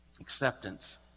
Acceptance